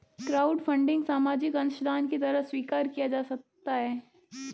crowdfunding सामाजिक अंशदान की तरह स्वीकार किया जा सकता है